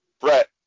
Brett